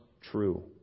true